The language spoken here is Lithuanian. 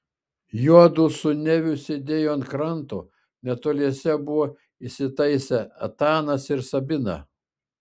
juodu su neviu sėdėjo ant kranto netoliese buvo įsitaisę etanas ir sabina